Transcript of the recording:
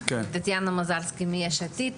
טטיאנה מזרסקי מיש עתיד,